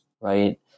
right